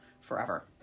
forever